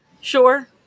Sure